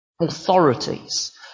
Authorities